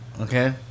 okay